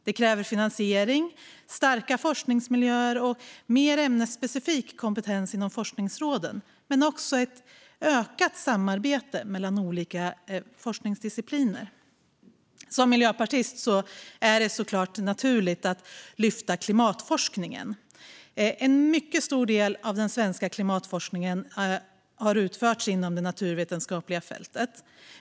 Det kräver finansiering, starka forskningsmiljöer och mer ämnesspecifik kompetens inom forskningsråden, men också ett ökat samarbete mellan olika forskningsdiscipliner. För mig som miljöpartist är det såklart naturligt att lyfta klimatforskningen. En mycket stor del av den svenska klimatforskningen har utförts inom det naturvetenskapliga fältet.